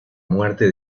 muerte